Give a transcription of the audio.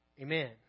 Amen